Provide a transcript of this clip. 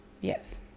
Yes